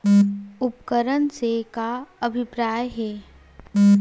उपकरण से का अभिप्राय हे?